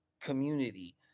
community